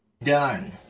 done